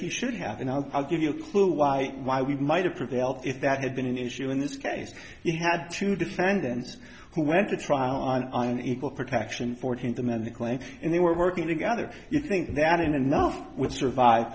he should have and i'll give you a clue why why we might have prevailed if that had been an issue in this case we had two defendants who went to trial on an equal protection fourteenth amendment claim they were working together you think that enough with survive